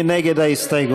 מי נגד ההסתייגות?